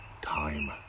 Time